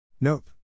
Nope